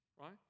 right